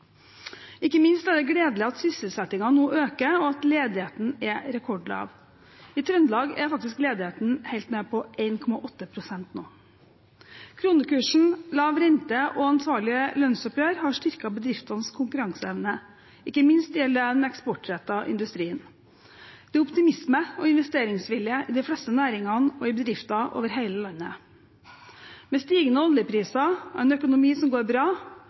Ikke minst er det gledelig at sysselsettingen nå øker, og at ledigheten er rekordlav. I Trøndelag er faktisk ledigheten helt nede på 1,8 pst. nå. Kronekursen, lav rente og ansvarlige lønnsoppgjør har styrket bedriftenes konkurranseevne, ikke minst gjelder det den eksportrettede industrien. Det er optimisme og investeringsvilje i de fleste næringer og bedrifter over hele landet. Med stigende oljepriser, en økonomi som går bra,